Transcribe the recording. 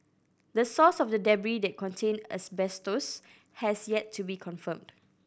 the source of the debris that contained asbestos has yet to be confirmed